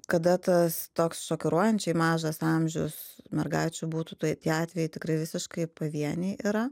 kada tas toks šokiruojančiai mažas amžius mergaičių būtų tai tie atvejai tikrai visiškai pavieniai yra